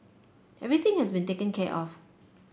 everything has been taken care of